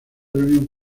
reunión